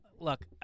Look